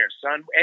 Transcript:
son